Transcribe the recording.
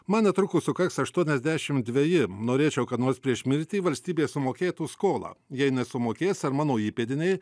man netrukus sukaks aštuoniasdešimt dveji norėčiau kad nors prieš mirtį valstybė sumokėtų skolą jei nesumokės ar mano įpėdiniai